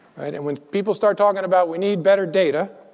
and and when people start talking about we need better data,